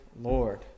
Lord